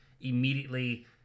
immediately